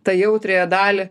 tą jautriąją dalį